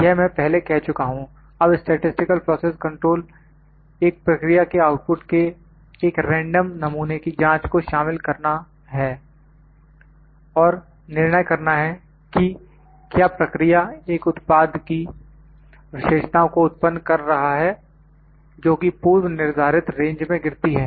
यह मैं पहले कह चुका हूं अब स्टैटिसटिकल प्रोसेस कंट्रोल एक प्रक्रिया के आउटपुट के एक रेंडम नमूने की जांच को शामिल करना है और निर्णय करना है कि क्या प्रक्रिया एक उत्पाद की विशेषताओं को उत्पन्न कर रहा है जोकि पूर्व निर्धारित रेंज में गिरती है